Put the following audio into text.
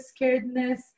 scaredness